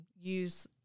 use